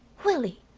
willie!